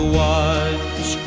watch